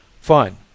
Fine